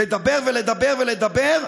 לדבר, לדבר ולדבר,